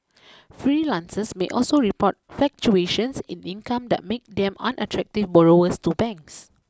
freelancers may also report fluctuations in income that make them unattractive borrowers to banks